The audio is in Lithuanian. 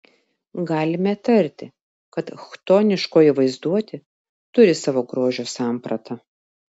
galime tarti kad chtoniškoji vaizduotė turi savo grožio sampratą